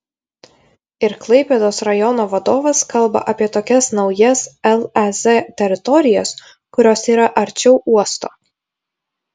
ir klaipėdos rajono vadovas kalba apie tokias naujas lez teritorijas kurios yra arčiau uosto